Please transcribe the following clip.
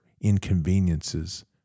inconveniences